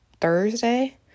Thursday